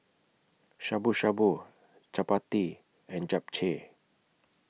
Shabu Shabu Chapati and Japchae